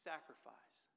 sacrifice